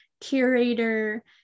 curator